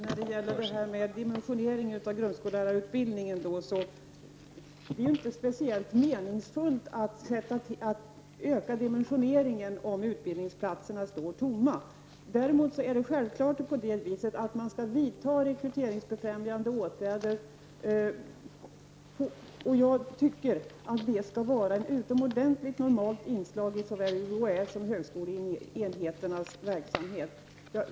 Fru talman! Det är inte speciellt meningsfullt att öka dimensioneringen av grundskollärarutbildningen om utbildningsplatserna står tomma. Däremot skall man naturligtvis vidta rekryteringsbefrämjande åtgärder. Jag tycker att det skall vara ett utomordentligt normalt inslag inom såväl UHÄ:s som högskoleenheternas verksamhet.